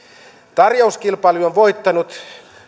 tarjouskilpailun voittanutta